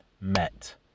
met